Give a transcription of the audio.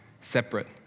Separate